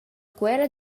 quella